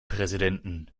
präsidenten